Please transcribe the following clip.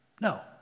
No